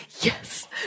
Yes